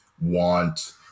want